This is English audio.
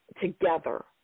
together